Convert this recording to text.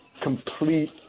complete